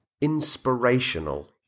inspirational